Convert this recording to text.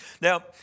Now